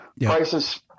Prices